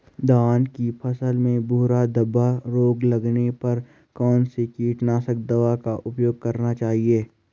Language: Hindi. धान की फसल में भूरा धब्बा रोग लगने पर कौन सी कीटनाशक दवा का उपयोग करना चाहिए?